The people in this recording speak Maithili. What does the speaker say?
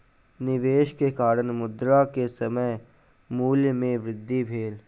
निवेश के कारण, मुद्रा के समय मूल्य में वृद्धि भेल